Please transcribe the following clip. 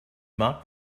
mark